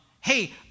hey